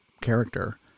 character